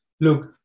look